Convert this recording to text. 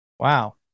Wow